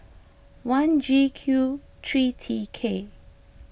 one G Q three T K